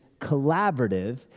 collaborative